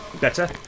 Better